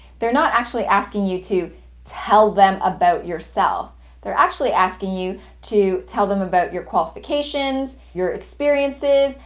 they're not actually asking you to tell them about yourself they're actually asking you to tell them about your qualifications, your experiences,